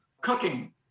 Cooking